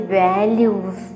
values